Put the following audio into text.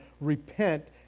Repent